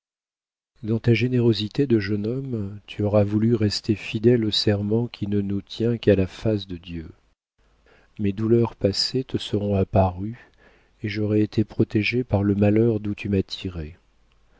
dans ta générosité de jeune homme tu auras voulu rester fidèle aux serments qui ne nous lient qu'à la face de dieu mes douleurs passées te seront apparues et j'aurai été protégée par le malheur d'où tu m'as tirée